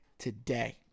today